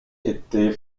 était